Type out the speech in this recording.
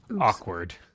Awkward